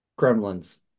gremlins